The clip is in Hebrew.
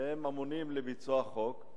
שהם ממונים על ביצוע החוק,